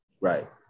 Right